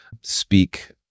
speak